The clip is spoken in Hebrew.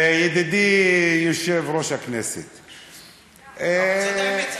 ידידי יושב-ראש הכנסת, אבל זאת האמת.